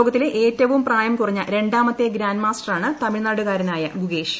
ലോകത്തിലെ ഏറ്റവും പ്രായം കുറഞ്ഞ രാമത്തെ ഗ്രാൻഡ് മാസ്റ്ററാണ് തമിഴ്നാടുകാരനായ ഗുകേഷ്